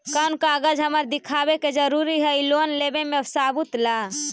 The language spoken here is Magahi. कौन कागज हमरा दिखावे के जरूरी हई लोन लेवे में सबूत ला?